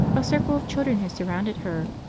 a circle of children had surrounded her,